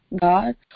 God